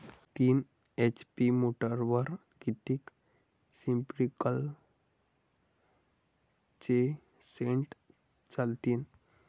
तीन एच.पी मोटरवर किती स्प्रिंकलरचे सेट चालतीन?